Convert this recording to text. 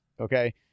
Okay